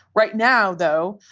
right now, though,